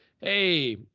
hey